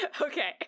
Okay